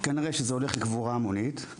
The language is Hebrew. כנראה שזה הולך לקבורה המונית.